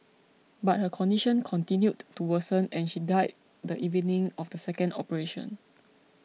but her condition continued to worsen and she died the evening of the second operation